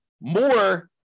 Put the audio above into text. more